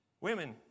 Women